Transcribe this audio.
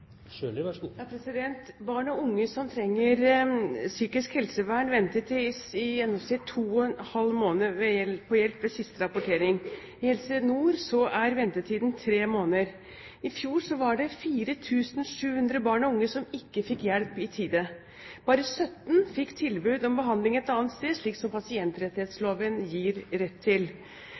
Barn og unge som trenger psykisk helsevern, ventet i gjennomsnitt to og en halv måned på hjelp ved siste rapportering. I Helse Nord er ventetiden tre måneder. I fjor var det 4 700 barn og unge som ikke fikk hjelp i tide. Bare 17 fikk tilbud om behandling et annet sted, slik som pasientrettighetsloven gir rett til.